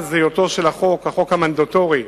מאז היות החוק המנדטורי,